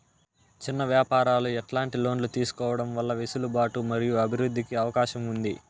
చిన్న వ్యాపారాలు ఎట్లాంటి లోన్లు తీసుకోవడం వల్ల వెసులుబాటు మరియు అభివృద్ధి కి అవకాశం ఉంది?